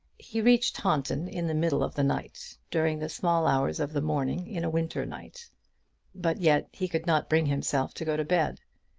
he reached taunton in the middle of the night during the small hours of the morning in a winter night but yet he could not bring himself to go to bed.